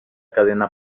cadena